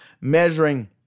measuring